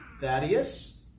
Thaddeus